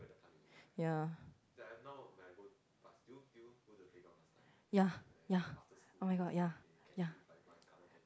ya ya ya oh-my-god ya ya